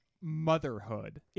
motherhood